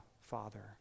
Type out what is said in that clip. Father